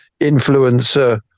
influencer